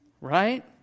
right